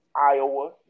Iowa